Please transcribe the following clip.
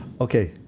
Okay